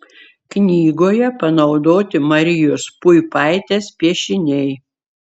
knygoje panaudoti marijos puipaitės piešiniai